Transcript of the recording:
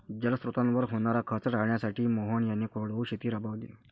जलस्रोतांवर होणारा खर्च टाळण्यासाठी मोहन यांनी कोरडवाहू शेती राबवली